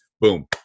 Boom